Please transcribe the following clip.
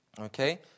Okay